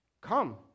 come